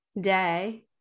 day